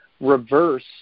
reverse